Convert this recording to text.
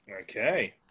Okay